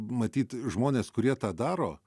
matyt žmonės kurie tą daro